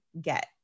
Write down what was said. get